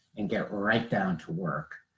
and get right down to work.